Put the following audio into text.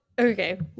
Okay